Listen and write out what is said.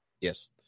Yes